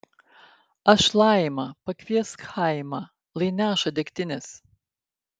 aš laima pakviesk chaimą lai neša degtinės